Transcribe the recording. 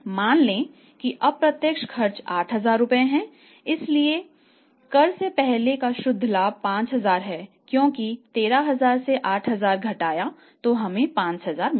मान लें कि अप्रत्यक्ष खर्च 8000 रुपये हैं इसलिए कर से पहले का शुद्ध लाभ 5000 है क्योंकि 13000 से 8000 घटाया तो हमें 5000 मिले